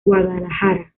guadalajara